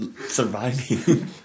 surviving